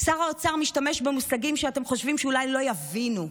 שר האוצר משתמש במושגים שאתם חושבים שאולי לא יבינו.